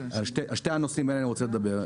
על שני הנושאים האלה אני רוצה לדבר.